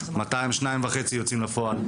מתי השניים וחצי יוצאת לפועל.